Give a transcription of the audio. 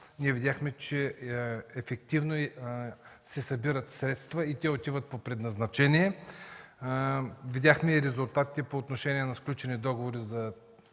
ние видяхме, че ефективно се събират средства и те отиват по предназначение. Видяхме и резултатите по отношение на сключените договори за